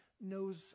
knows